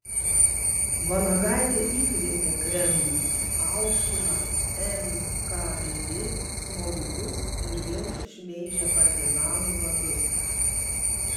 vanagaitė įkvėpė kremlių aukština nkvd smogikus ir vėl šmeižia partizanų vadus